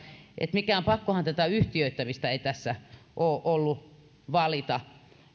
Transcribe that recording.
mikään pakkohan tätä yhtiöittämistä ei ole ollut valita